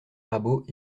rabault